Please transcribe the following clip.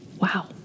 Wow